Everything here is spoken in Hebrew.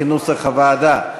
כנוסח הוועדה.